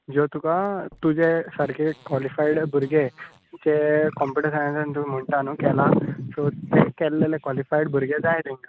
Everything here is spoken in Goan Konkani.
ज्यो तुका तुजे सारकें कोलिफायड भुरगे जे कंप्यूटर सायन्सांत तूं म्हणटा न्हय केलां सो तें केल्लें कोलिफायड भुरगे जाय तांकां